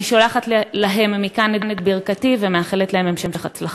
אני שולחת להם מכאן את ברכתי ומאחלת להם המשך הצלחה.